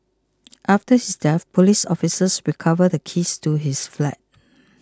after his death police officers recovered the keys to his flat